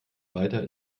weiter